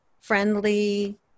friendly